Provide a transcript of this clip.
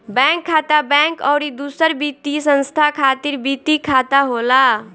bank खाता, bank अउरी दूसर वित्तीय संस्था खातिर वित्तीय खाता होला